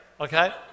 okay